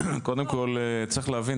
קודם כול צריך להבין,